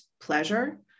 pleasure